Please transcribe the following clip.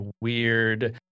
weird